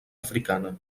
africana